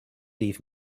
leave